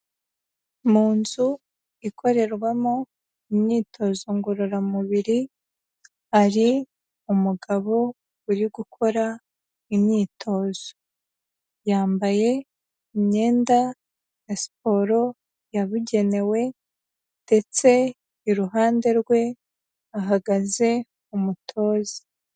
Mu nzu ikorerwamo imyitozo ngororamubiri, hari umugabo uri gukora imyitozo, yambaye imyenda ya siporo yabugenewe ndetse iruhande rwe hahagaze umutoza.